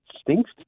stinks